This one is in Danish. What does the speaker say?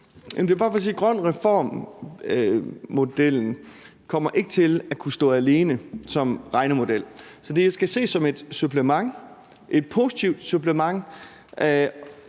GrønREFORM-modellen ikke kommer til at kunne stå alene som regnemodel. Så det skal ses som et supplement, et positivt supplement,